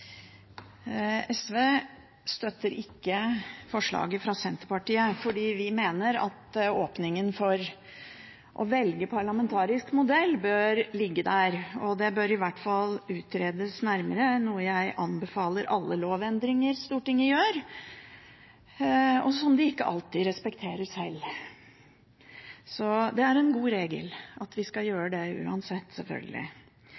SV støtter ikke forslaget fra Senterpartiet, for vi mener at åpningen for å velge parlamentarisk modell bør ligge der. Det bør i hvert fall utredes nærmere, noe jeg anbefaler ved alle lovendringer som Stortinget gjør, men som de ikke alltid respekterer selv. Det er en god regel at vi skal gjøre det uansett,